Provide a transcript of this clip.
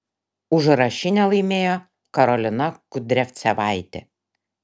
užrašinę laimėjo karolina kudriavcevaitė